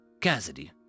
Cassidy